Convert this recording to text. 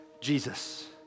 Jesus